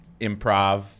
improv